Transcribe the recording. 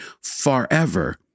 forever